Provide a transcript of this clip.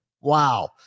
Wow